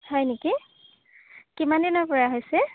হয় নেকি কিমান দিনৰপৰা হৈছে